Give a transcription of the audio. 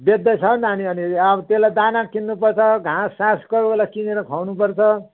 बेच्दैछ हौ नानी अनि अब त्यसलाई दाना किन्नुपर्छ घाँससास कोही बेला किनेर खुवाउनुपर्छ